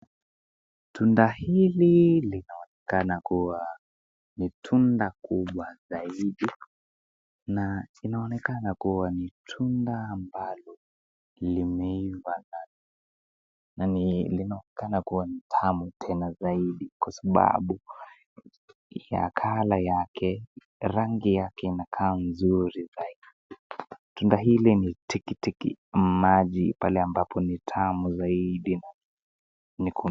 Tunda hili linaonekana kua ni tunda kubwa zaidi ,na inaonekana kua ni tunda ambayo limeiva na linaonekana kua ni tamu tena zaidi kwa sababu ya (colour )yake rangi yake inakaa mzuri zaidi. Tunda hili ni tikitiki maji ,pale ambapo ni tamu zaidi.